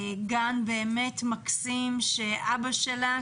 גן באמת מקסים שאבא שלה,